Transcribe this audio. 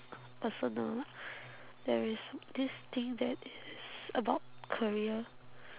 personal there is this thing that is about career